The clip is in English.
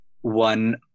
one